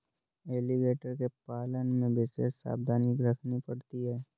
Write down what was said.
alligator के पालन में विशेष सावधानी रखनी पड़ती है